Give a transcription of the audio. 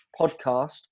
podcast